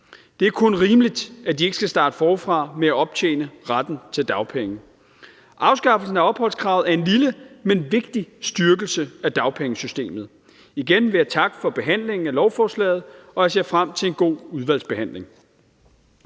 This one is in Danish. Det er kun rimeligt, at de ikke skal starte forfra med at optjene retten til dagpenge. Afskaffelsen af opholdskravet er en lille, men vigtig styrkelse af dagpengesystemet. Igen vil jeg takke for behandlingen af lovforslaget, og jeg ser frem til en god udvalgsbehandling.